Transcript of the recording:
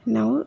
Now